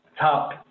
top